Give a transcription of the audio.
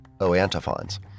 O-antiphons